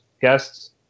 guests